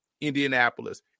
indianapolis